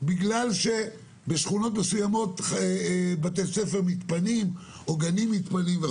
בגלל שבשכונות מסוימות גנים או בתי ספר מתפנים?